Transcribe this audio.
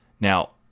Now